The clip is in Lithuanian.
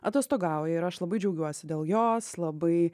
atostogauja ir aš labai džiaugiuosi dėl jos labai